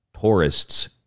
tourists